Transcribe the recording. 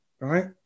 right